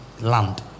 land